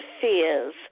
fears